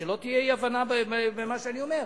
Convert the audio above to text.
שלא תהיה אי-הבנה במה שאני אומר,